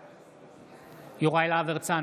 להב הרצנו,